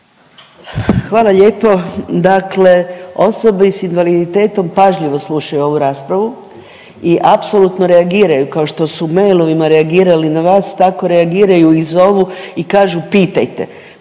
Hvala lijepo, dakle osobe s invaliditetom pažljivo slušaju ovu raspravu i apsolutno reagiraju, kao što su mailovima reagirali na vas tako reagiraju i zovu i kažu pitajte,